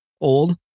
old